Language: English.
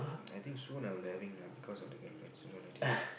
I think soon I will having lah because of the girlfriend soon already